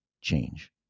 change